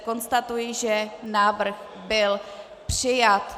Konstatuji, že návrh byl přijat.